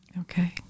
Okay